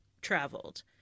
traveled